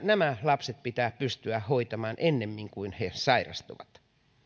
nämä lapset pitää pystyä hoitamaan ennemmin kuin he sairastuvat